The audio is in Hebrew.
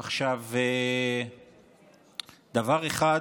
עכשיו, דבר אחד